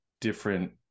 different